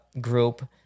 group